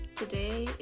today